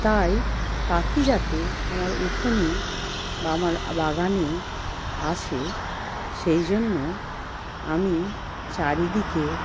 তাই পাখি যাতে আমার উঠোনে বা আমার বাগানে আসে সেই জন্য আমি চারিদিকে